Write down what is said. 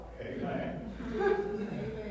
Amen